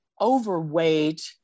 overweight